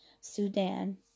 Sudan